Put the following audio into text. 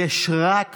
יש רק תועלת,